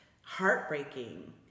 heartbreaking